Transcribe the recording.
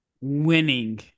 winning